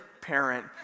parent